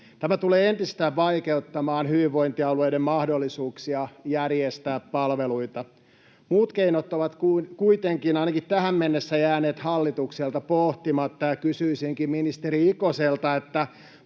Tämä tulee entisestään vaikeuttamaan hyvinvointialueiden mahdollisuuksia järjestää palveluita. Muut keinot ovat kuitenkin ainakin tähän mennessä jääneet hallitukselta pohtimatta. Kysyisinkin ministeri Ikoselta: